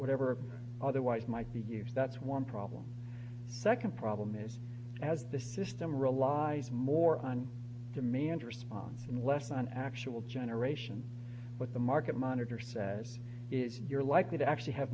whatever otherwise might be used that's one problem second problem is as the system relies more on demand response and less on actual generation what the market monitor says is you're likely to actually have